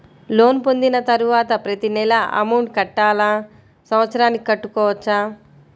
Loan పొందిన తరువాత ప్రతి నెల అమౌంట్ కట్టాలా? సంవత్సరానికి కట్టుకోవచ్చా?